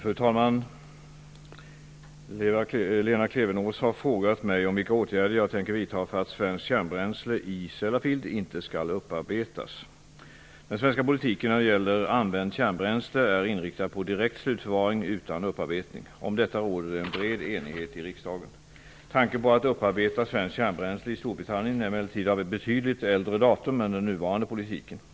Fru talman! Lena Klevenås har frågat mig om vilka åtgärder jag tänker vidta för att svenskt kärnbränsle i Sellafield inte skall upparbetas. Den svenska politiken när det gäller använt kärnbränsle är inriktad på direkt slutförvaring utan upparbetning. Om detta råder det en bred enighet i riksdagen. Tanken på att upparbeta svenskt kärnbränsle i Storbritannien är emellertid av betydligt äldre datum än den nuvarande politiken.